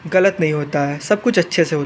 गलत नहीं होता है सब कुछ अच्छे से हो